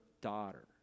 daughter